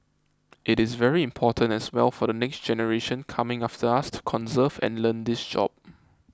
it is very important as well for the next generation coming after us to conserve and learn this job